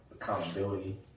accountability